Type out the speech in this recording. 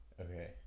Okay